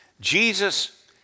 Jesus